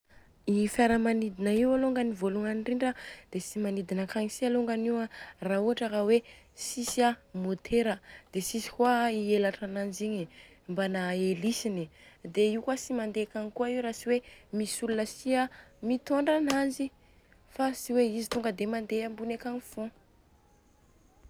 I fiaramanidina io alôngany voalohany indrindra a dia tsy manidina akagny si alôngany io a raha ohatra ka hoe tsisy môtera, dia tsisy kôa i elatra ananjy igny, mbana elisiny. Dia io kôa tsy mandeha akagny kôa io raha tsy hoe misy olona si a mitondra ananjy fa tsy hoe izy tonga dia mandeha ambony akagny fogna.